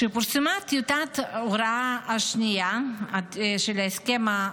כשפורסמה טיוטת ההוראה השנייה של ההסכם,